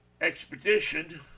Expedition